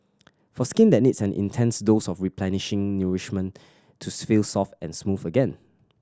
for skin that needs an intense dose of replenishing nourishment to feel soft and smooth again